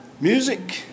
music